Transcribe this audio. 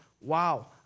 wow